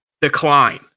Decline